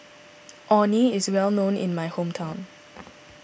Orh Nee is well known in my hometown